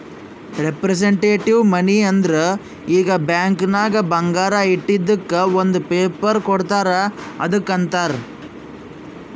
representative money ಅಂದುರ್ ಈಗ bank ನಾಗ್ ಬಂಗಾರ ಇಟ್ಟಿದುಕ್ ಒಂದ್ ಪೇಪರ್ ಕೋಡ್ತಾರ್ ಅದ್ದುಕ್ ಅಂತಾರ್